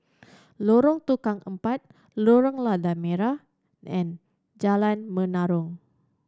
Lorong Tukang Empat Lorong Lada Merah and Jalan Menarong